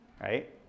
right